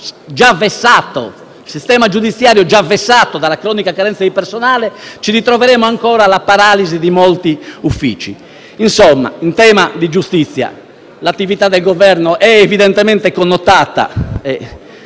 già vessato dalla cronica carenza di personale, ci ritroveremo ancora alla paralisi di molti uffici. Insomma, in tema di giustizia l'attività del Governo è evidentemente connotata